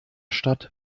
stadt